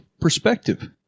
perspective